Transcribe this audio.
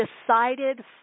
decided